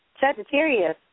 Sagittarius